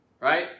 right